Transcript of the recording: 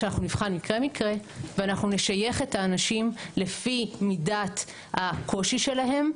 שאנחנו נבחן מקרה מקרה ואנחנו נשייך את האנשים לפי מידת הקושי שלהם,